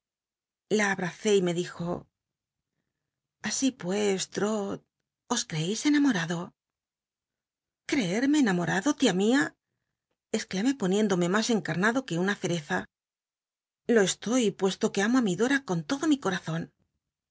la abracé y me dijo así mes trot os creeis clnamorado cree mc cnamoralio tia mia exclamé poniéndome mas encarnado que una cereza lo estoy puesto que amo i mi dora con todo mi corazon